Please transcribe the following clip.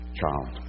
child